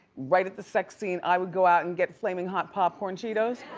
right at the sex scene, i would go out and get flamin hot popcorn cheetos.